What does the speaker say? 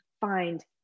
find